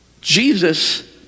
Jesus